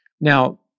Now